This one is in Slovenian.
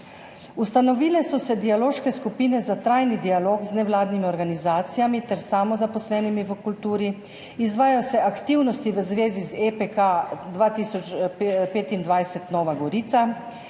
Ustanovile so se dialoške skupine za trajni dialog z nevladnimi organizacijami ter samozaposlenimi v kulturi. Izvajajo se aktivnosti v zvezi z EPK 2025 Nova Gorica.